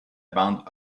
bande